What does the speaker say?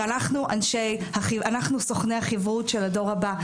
אנחנו סוכני החינוך של הדור הבא.